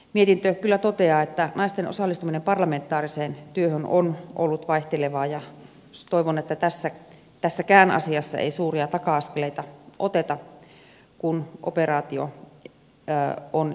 mietintö kyllä toteaa että naisten osallistuminen parlamentaariseen työhön on ollut vaihtelevaa ja toivon että tässäkään asiassa ei suuria taka askeleita oteta kun operaatio on väistymässä